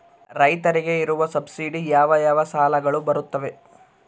ರೈತರಿಗೆ ಇರುವ ಸಬ್ಸಿಡಿ ಯಾವ ಯಾವ ಸಾಲಗಳು ಬರುತ್ತವೆ?